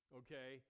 okay